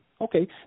Okay